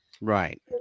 right